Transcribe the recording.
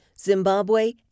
Zimbabwe